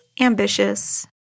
ambitious